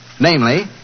Namely